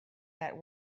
that